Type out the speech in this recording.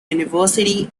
university